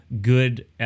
good